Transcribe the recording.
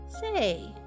Say